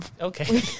Okay